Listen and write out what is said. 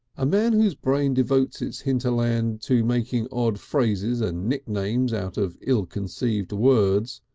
a man whose brain devotes its hinterland to making odd phrases and nicknames out of ill-conceived words,